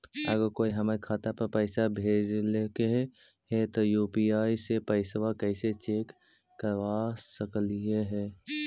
अगर कोइ हमर खाता पर पैसा भेजलके हे त यु.पी.आई से पैसबा कैसे चेक करबइ ऐले हे कि न?